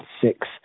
six